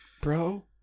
bro